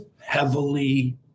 heavily